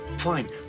fine